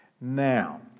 Now